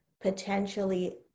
potentially